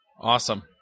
Awesome